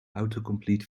autocomplete